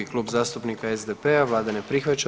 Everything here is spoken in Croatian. Klub zastupnika SDP-a, vlada ne prihvaća.